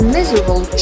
miserable